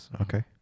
Okay